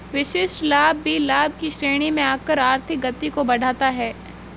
विशिष्ट लाभ भी लाभ की श्रेणी में आकर आर्थिक गति को बढ़ाता है